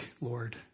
Lord